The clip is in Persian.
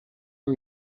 اون